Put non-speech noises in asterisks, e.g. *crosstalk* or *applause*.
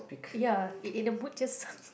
ya it it the boot just *laughs*